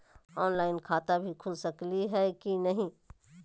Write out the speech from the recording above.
Online खाता भी खुल सकली है कि नही?